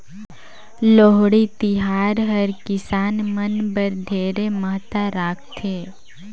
लोहड़ी तिहार हर किसान मन बर ढेरे महत्ता राखथे